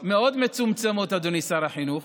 מאוד מצומצמות, אדוני שר החינוך,